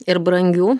ir brangių